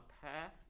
path